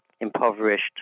impoverished